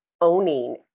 owning